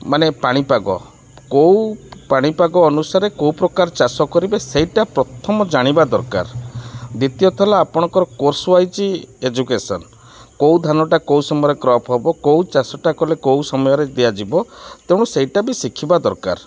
ମାନେ ପାଣିପାଗ କୋଉ ପାଣିପାଗ ଅନୁସାରେ କୋଉ ପ୍ରକାର ଚାଷ କରିବେ ସେଇଟା ପ୍ରଥମ ଜାଣିବା ଦରକାର ଦ୍ଵିତୀୟତଃ ହେଲା ଆପଣଙ୍କର କୋର୍ସ ୱାଇସ୍ ଏଜୁକେସନ୍ କୋଉ ଧାନଟା କୋଉ ସମୟରେ କ୍ରପ୍ ହେବ କୋଉ ଚାଷଟା କଲେ କୋଉ ସମୟରେ ଦିଆଯିବ ତେଣୁ ସେଇଟା ବି ଶିଖିବା ଦରକାର